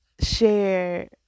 Share